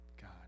God